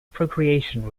procreation